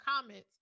comments